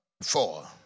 four